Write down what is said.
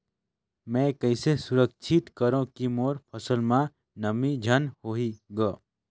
मैं कइसे सुरक्षित करो की मोर फसल म नमी झन होही ग?